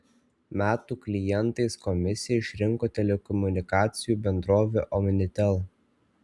metų klientais komisija išrinko telekomunikacijų bendrovę omnitel